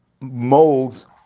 molds